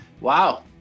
Wow